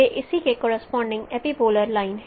वे इसी के corresponding epipolar line हैं